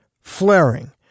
flaring